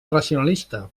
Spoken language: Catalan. racionalista